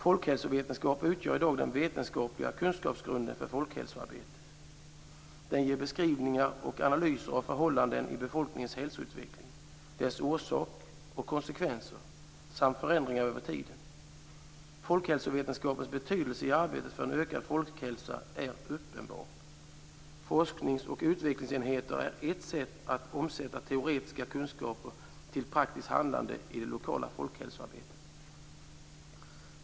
Folkhälsovetenskapen utgör i dag den vetenskapliga kunskapsgrunden för folkhälsoarbetet. Den ger beskrivningar och analyser av förhållanden i befolkningens hälsoutveckling och beskriver dennas orsaker och konsekvenser samt förändringar över tiden. Folkhälsovetenskapens betydelse i arbetet för en ökad folkhälsa är uppenbar. Forsknings och utvecklingsenheter är ett sätt att omsätta teoretiska kunskaper till praktiskt handlande i det lokala folkhälsoarbetet.